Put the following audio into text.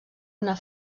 una